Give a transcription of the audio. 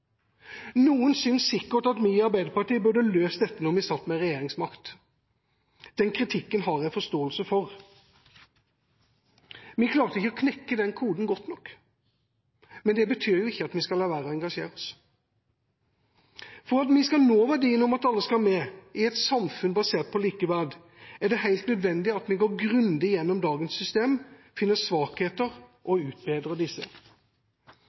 Noen synes sikkert at vi i Arbeiderpartiet burde ha løst dette da vi satt med regjeringsmakt. Den kritikken har jeg forståelse for. Vi klarte ikke å knekke den koden godt nok, men det betyr ikke at vi skal la være å engasjere oss. For at vi skal nå verdien «alle skal med» i et samfunn basert på likeverd, er det helt nødvendig at vi går grundig igjennom dagens system, finner svakheter og utbedrer disse.